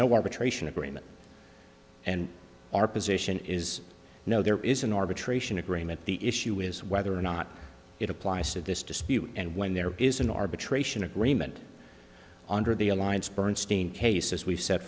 arbitration agreement and our position is no there is an arbitration agreement the issue is whether or not it applies to this dispute and when there is an arbitration agreement under the alliance bernstein cases we've set